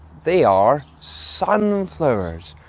they are sunflowers.